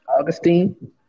Augustine